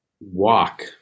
walk